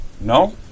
No